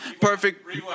Perfect